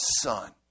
son